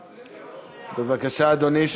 בבקשה, אדוני.